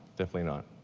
definitely not.